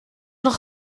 noch